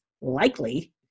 likely